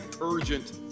urgent